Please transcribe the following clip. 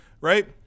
right